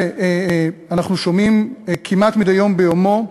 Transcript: שאנחנו שומעים עליהם כמעט מדי יום ביומו,